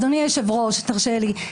אדוני היושב-ראש, תרשה לי.